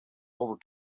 over